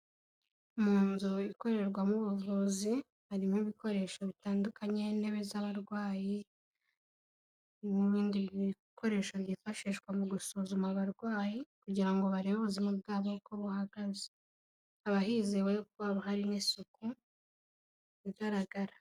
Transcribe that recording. Mu nzu ikorerwamo ubuvuzi harimo ibikoresho bitandukanye, intebe z'abarwayi n'ibindi bikoresho byifashishwa mu gusuzuma abarwayi kugira ngo barebe ubuzima bwabo uko bubahagaze, haba hizewe kuko haba harimo isuku mu bigaragara.